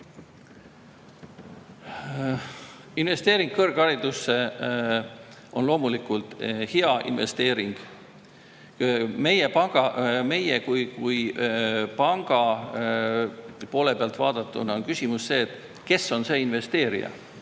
Investeering kõrgharidusse on loomulikult hea investeering. Meie kui panga poole pealt vaadatuna on küsimus selles, kes on see investeerija